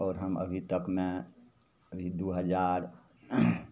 आओर हम अभी तकमे ई दुइ हजार